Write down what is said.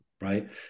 right